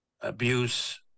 abuse